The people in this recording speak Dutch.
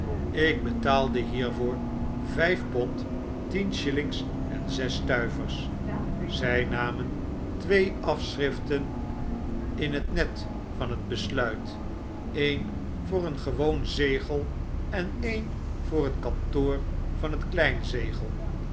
ik betaalde hiervoor vyf pond tien shillings en ze stuivers zij namen twee afschriften in t net van het besluit een voor het gewoon zegel en een voor het kantoor van